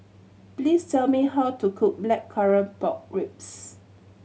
please tell me how to cook Blackcurrant Pork Ribs